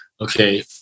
okay